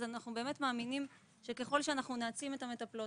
אנחנו מאמינים שככל שנעצים את המטפלות